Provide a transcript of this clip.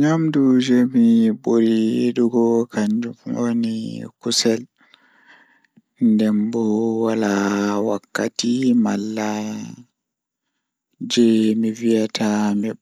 Nyamdu jei mi ɓuri yiɗugo kannjum woni kusel Miɗo yiɗi jeyɗi laalo sabu o waɗi laɓɓorde e njamɗude. E jammaaji ɗiɗɗi, mi faala maafe nguurndam